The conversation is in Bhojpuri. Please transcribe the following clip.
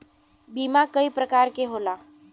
बीमा कई परकार के होला